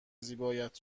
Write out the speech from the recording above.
زیبایت